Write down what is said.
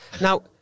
Now